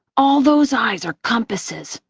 all those eyes are compasses,